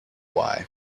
why